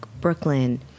Brooklyn